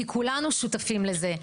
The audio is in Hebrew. כי כולנו שותפים לזה.